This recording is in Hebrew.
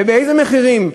ובאיזה מחירים?